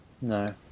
No